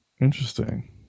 Interesting